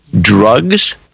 drugs